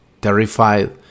Terrified